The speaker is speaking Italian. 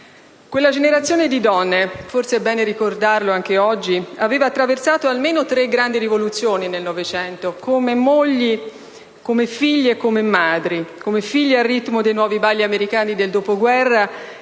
Quella generazione di donne - forse è bene ricordarlo anche oggi - aveva attraversato almeno tre grandi rivoluzioni nel Novecento, come figlie, come mogli e come madri: come figlie, al ritmo dei nuovi balli americani del dopoguerra